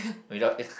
without it